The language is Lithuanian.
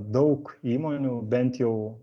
daug įmonių bent jau